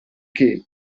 che